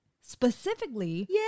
specifically